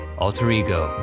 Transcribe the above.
alter ego,